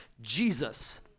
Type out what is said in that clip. Jesus